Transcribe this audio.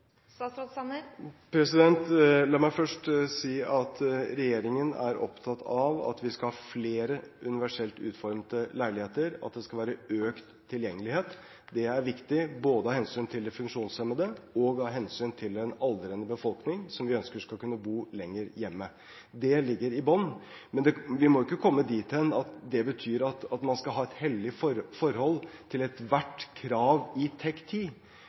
La meg først si at regjeringen er opptatt av at vi skal ha flere universelt utformede leiligheter, og at det skal være økt tilgjengelighet. Det er viktig, både av hensyn til de funksjonshemmede og av hensyn til en aldrende befolkning, som vi ønsker skal kunne bo lenger hjemme. Det ligger i bunnen. Men vi må ikke komme dit hen at det betyr at man skal ha et hellig forhold til ethvert krav i